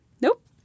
Nope